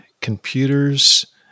computers